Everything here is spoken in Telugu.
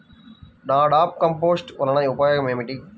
నాడాప్ కంపోస్ట్ వలన ఉపయోగం ఏమిటి?